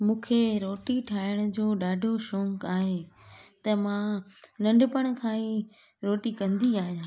मूंखे रोटी ठाहिण जो ॾाढो शौक़ु आहे त मां नंढपण खां ई रोटी कंदी आहियां